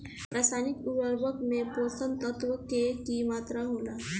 रसायनिक उर्वरक में पोषक तत्व के की मात्रा होला?